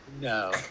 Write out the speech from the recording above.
no